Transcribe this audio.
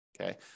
okay